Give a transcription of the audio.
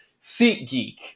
SeatGeek